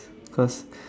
cause